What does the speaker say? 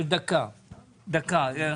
ינון.